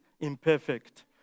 imperfect